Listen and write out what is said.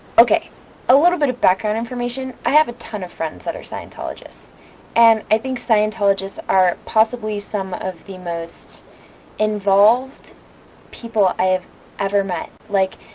ok a little bit background information i have a ton of friend that are scientologists and i think scientologists are possibly some of the most involved people i have ever met. like,